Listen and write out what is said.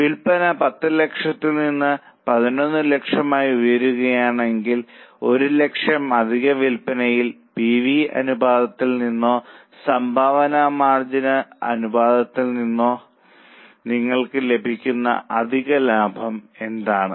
വിൽപ്പന 10 ലക്ഷത്തിൽ നിന്ന് 11 ലക്ഷമായി ഉയരുകയാണെങ്കിൽ ഒരു ലക്ഷം അധിക വിൽപ്പനയിൽ പി വി അനുപാതത്തിൽ നിന്നോ സംഭാവന മാർജിൻ അനുപാതത്തിൽ നിന്നോ നിങ്ങൾക്ക് ലഭിക്കുന്ന അധിക ലാഭം എന്താണ്